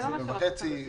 מיליון וחצי,